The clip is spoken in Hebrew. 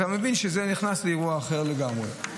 אתה מבין שזה נכנס לאירוע אחר לגמרי.